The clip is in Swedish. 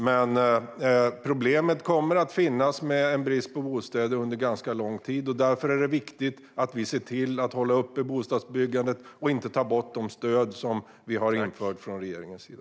Men problemet med brist på bostäder kommer att finnas under ganska lång tid, och därför är det viktigt att vi ser till att hålla uppe bostadsbyggandet och inte tar bort de stöd vi har infört från regeringens sida.